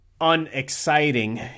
unexciting